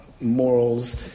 morals